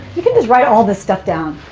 you can just write all this stuff down.